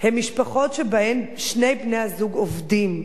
הם משפחות שבהן שני בני-הזוג עובדים.